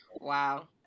wow